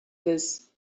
this